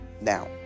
Now